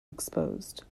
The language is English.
exposed